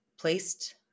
placed